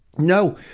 no.